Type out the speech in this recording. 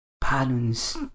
patterns